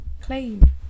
claim